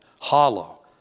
hollow